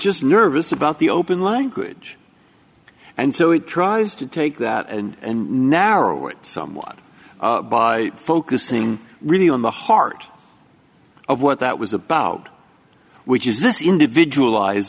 just nervous about the open language and so it tries to take that and narrow it somewhat by focusing really on the heart of what that was about which is this individualize